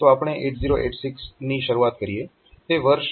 તો આપણે 8086 ની શરૂઆત કરીએ